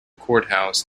courthouse